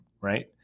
right